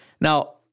Now